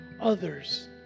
others